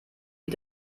wie